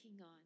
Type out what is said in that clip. on